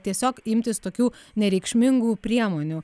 tiesiog imtis tokių nereikšmingų priemonių